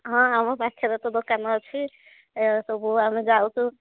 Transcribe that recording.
ହଁ ଆମ ପାଖରେ ତ ଦୋକାନ ଅଛି ଏସବୁ ଆମେ ଯାଉଛୁ